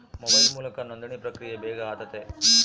mobile ಮೂಲಕ ನೋಂದಣಿ ಪ್ರಕ್ರಿಯೆ ಬೇಗ ಆತತೆ